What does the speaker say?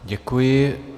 Děkuji.